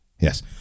Yes